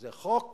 זה חוק